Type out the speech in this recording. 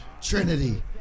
trinity